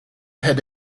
had